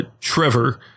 Trevor